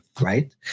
Right